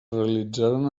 realitzaren